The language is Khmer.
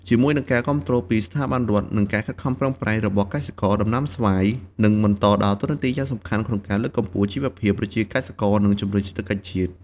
ជាមួយនឹងការគាំទ្រពីស្ថាប័នរដ្ឋ និងការខិតខំប្រឹងប្រែងរបស់កសិករ ដំណាំស្វាយនឹងបន្តដើរតួនាទីយ៉ាងសំខាន់ក្នុងការលើកកម្ពស់ជីវភាពប្រជាកសិករ និងជំរុញសេដ្ឋកិច្ចជាតិ។